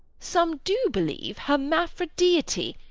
some do believe hermaphrodeity,